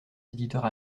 éditeurs